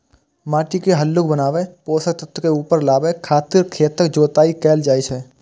माटि के हल्लुक बनाबै, पोषक तत्व के ऊपर लाबै खातिर खेतक जोताइ कैल जाइ छै